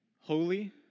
Holy